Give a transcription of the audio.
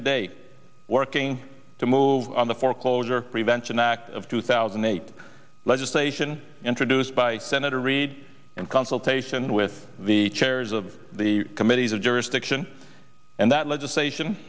today working to move on the foreclosure prevention act of two thousand and eight legislation introduced by senator reid in consultation with the chairs of the committees of jurisdiction and that legislation